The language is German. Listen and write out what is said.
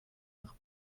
nach